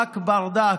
רק ברדק.